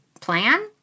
plan